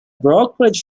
brokerage